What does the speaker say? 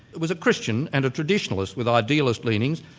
was a christian and a traditionalist with idealist leanings,